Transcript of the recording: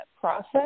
process